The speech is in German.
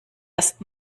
erst